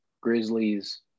grizzlies